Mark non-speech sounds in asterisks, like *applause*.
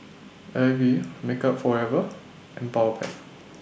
AIBI Makeup Forever and Powerpac *noise*